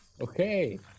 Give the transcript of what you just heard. Okay